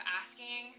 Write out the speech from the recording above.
asking